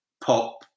pop